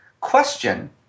question